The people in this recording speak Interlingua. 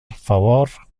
favor